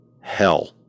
hell